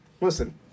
listen